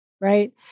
Right